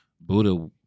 Buddha